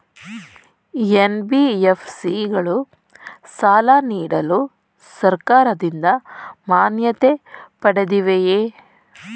NBFC ಗಳು ಸಾಲ ನೀಡಲು ಸರ್ಕಾರದಿಂದ ಮಾನ್ಯತೆ ಪಡೆದಿವೆಯೇ?